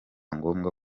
ngombwa